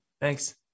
thanks